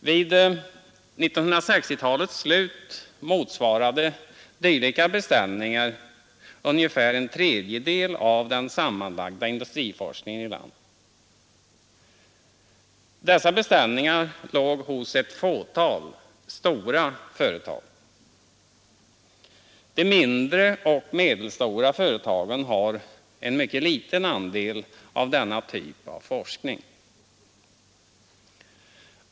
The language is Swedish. Vid 1960-talets slut motsvarade dylika beställningar ungefär en tredjedel av den sammanlagda industriforskningen i landet. Dessa beställningar låg hos ett fåtal stora företag. De mindre och medelstora företagen utför en mycket liten andel av denna typ av forskning.